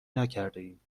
نکردهایم